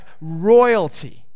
royalty